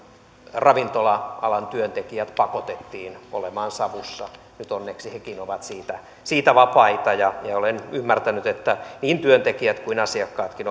ravintola alan työntekijät pakotettiin olemaan savussa nyt onneksi hekin ovat siitä siitä vapaita ja olen ymmärtänyt että niin työntekijät kuin asiakkaatkin